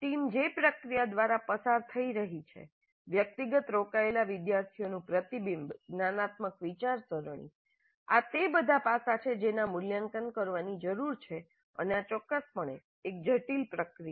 team જે પ્રક્રિયા દ્વારા પસાર થઈ રહી છે વ્યક્તિગત રોકાયેલા વિદ્યાર્થીઓ નું પ્રતિબિંબ જ્ઞાનાત્મક વિચારસરણી આ તે બધા પાસા છે કે જેના મૂલ્યાંકન કરવાની જરૂર છે અને આ ચોક્કસપણે એક જટિલ પ્રક્રિયા છે